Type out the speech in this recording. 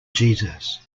jesus